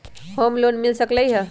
Home loan मिल सकलइ ह?